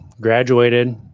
graduated